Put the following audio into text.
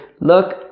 Look